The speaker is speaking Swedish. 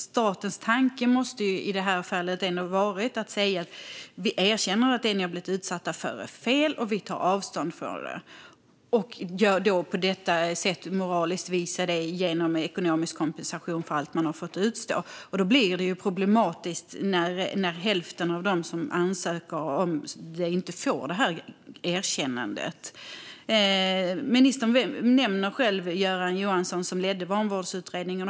Statens tanke måste i detta fall ha varit att säga att vi erkänner att det ni har blivit utsatta för är fel, och vi tar avstånd från det och visar det moraliskt på detta sätt - genom ekonomisk kompensation för allt ni har fått utstå. Då blir det problematiskt när hälften av dem som ansöker inte får detta erkännande. Ministern nämner själv Göran Johansson, som ledde Vanvårdsutredningen.